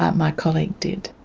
my colleague did.